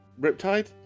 riptide